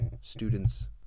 students